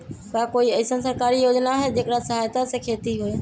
का कोई अईसन सरकारी योजना है जेकरा सहायता से खेती होय?